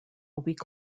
week